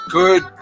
Good